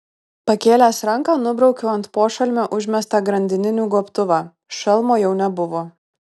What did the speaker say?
pakėlęs ranką nubraukiau ant pošalmio užmestą grandininių gobtuvą šalmo jau nebuvo